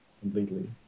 completely